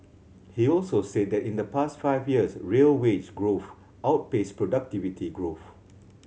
he also said that in the past five years real wage growth outpaced productivity growth